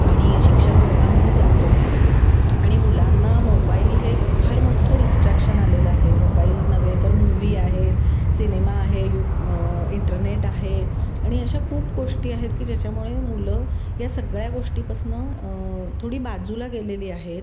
आणि शिक्षक वर्गामध्ये जातो आणि मुलांना मोबाईल हे फार मोठं डिस्ट्रॅक्शन आलेलं आहे मोबाईल नव्हे तर मूवी आहेत सिनेमा आहे यू इंटरनेट आहे आणि अशा खूप गोष्टी आहेत की ज्याच्यामुळे मुलं या सगळ्या गोष्टीपासून थोडी बाजूला गेलेली आहेत